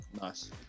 Nice